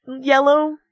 yellow